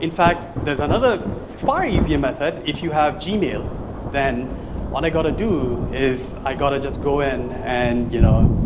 in fact, there's another far easier method if you have gmail then all they got to do is i got to just go in and you know,